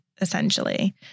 essentially